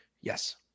Yes